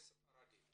דוברי ספרדית.